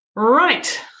Right